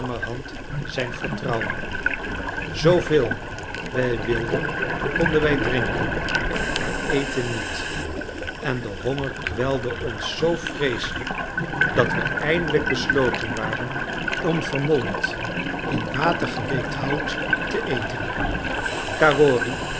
zijn vertrouwen zooveel wij wilden konden wij drinken maar eten niet en de honger kwelde ons zoo vreeselijk dat we eindelijk besloten waren om vermolmd in water geweekt hout te eten